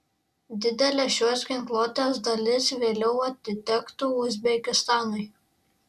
didelė šios ginkluotės dalis vėliau atitektų uzbekistanui